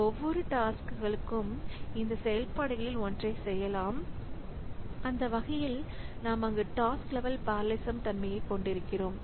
ஒவ்வொரு டாஸ்க்களும் இந்த செயல்பாடுகளில் ஒன்றைச் செய்யலாம் அந்த வகையில் நாம் அங்கு டாஸ்க் லெவல் பெரலலிசம் தன்மையைக் கொண்டிருக்கிறோம்